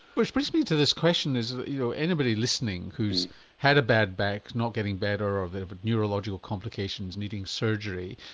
which brings me to this question is that you know anybody listening who's had a bad back, is not getting better, or they've neurological complications needing surgery,